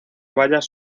bayas